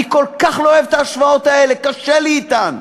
אני כל כך לא אוהב את ההשוואות האלה, קשה לי אתן.